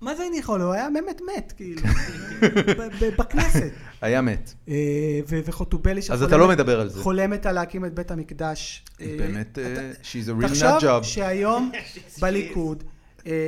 מה זה אין יכולה? הוא היה באמת מת בכנסת. היה מת. וחוטובלי שחולמת להקים את בית המקדש. היא באמת... She's a real nut job. תחשוב שהיום בליכוד,